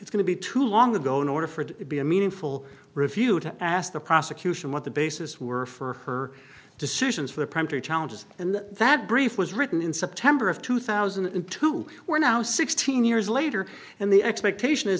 it's going to be too long ago in order for it to be a meaningful refute ask the prosecution what the basis were for her decisions for the primary challenges and that brief was written in september of two thousand and two we're now sixteen years later and the expectation is